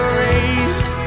raised